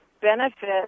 benefit